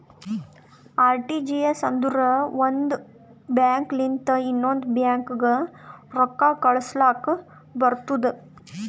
RTGS ಅಂದುರ್ ಒಂದ್ bank ಲಿಂತ ಇನ್ನೊಂದ್ ಬ್ಯಾಂಕ್ಗ ರೊಕ್ಕಾ ಕಳುಸ್ಲಾಕ್ ಬರ್ತುದ್